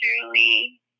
Truly